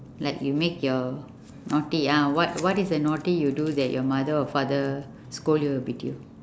like you make your naughty ah what what is the naughty you do that your mother or father scold you or beat you